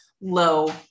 low